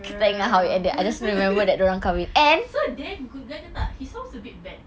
girl so dan good guy ke tak he sounds a bit bad